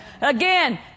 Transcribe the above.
Again